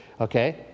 okay